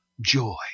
joy